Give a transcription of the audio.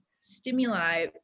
stimuli